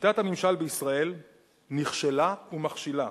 שיטת הממשל בישראל נכשלה ומכשילה.